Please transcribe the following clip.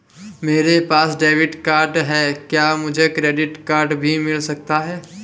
मेरे पास debit card है क्या मुझे क्रेडिट कार्ड भी मिल सकता है?